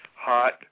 Hot